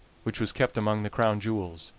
which was kept among the crown jewels,